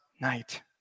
night